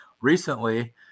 recently